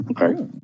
Okay